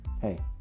hey